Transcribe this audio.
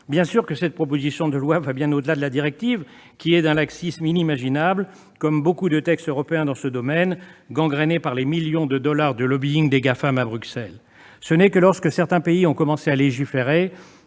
La présente proposition de loi va, évidemment, bien au-delà de cette directive, qui est d'un laxisme inimaginable, comme de nombreux textes européens dans ce domaine, gangrénés par les millions de dollars du lobbying des Gafam à Bruxelles. Ce n'est que lorsque certains pays ont commencé à légiférer